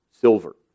silver